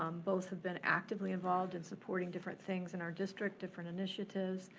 um both have been actively involved in supporting different things in our district, different initiatives.